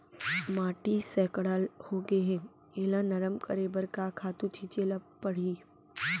माटी सैकड़ा होगे है एला नरम करे बर का खातू छिंचे ल परहि?